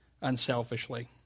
unselfishly